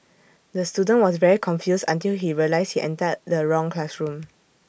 the student was very confused until he realised he entered the wrong classroom